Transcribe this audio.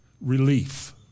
relief